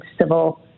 civil